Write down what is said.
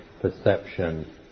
perception